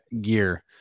Gear